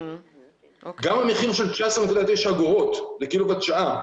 גם המחיר של 19.9 אגורות לקילו-ואט שעה,